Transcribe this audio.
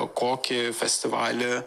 kokį festivalį